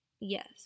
Yes